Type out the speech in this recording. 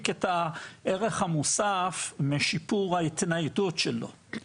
את הערך המוסף משיפור ההתניידות שלו.